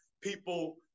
people